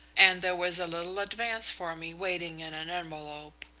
and there was a little advance for me waiting in an envelope.